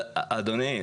אדוני,